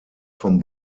vom